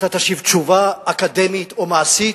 אתה תשיב תשובה אקדמית או מעשית,